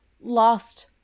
lost